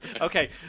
Okay